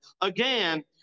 Again